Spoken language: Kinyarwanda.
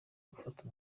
gufata